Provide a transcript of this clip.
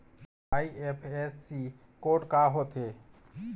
IFSC code का होथे?